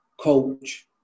coach